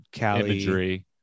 imagery